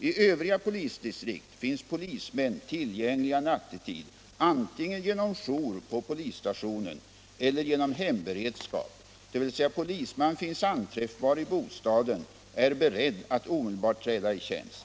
I övriga polisdistrikt finns polismän tillgängliga nattetid antingen genom jour på polisstationen eller genom hemberedskap, dvs. polisman finns anträffbar i bostaden och är beredd att omedelbart träda i tjänst.